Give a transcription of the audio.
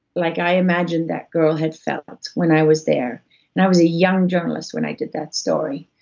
like i imagined that girl had felt when i was there and i was a young journalist when i did that story.